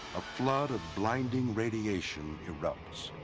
a flood of blinding radiation erupts.